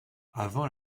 avant